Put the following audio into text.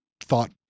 thought